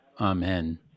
Amen